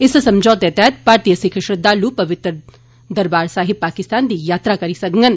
इस समझोते तैह्त भारतीय सिक्ख श्रद्धालु पवित्र दरबार साहिब पाकिस्तान दी यात्रा करी सकगंन